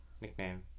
nickname